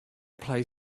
play